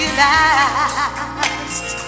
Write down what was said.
last